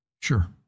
sure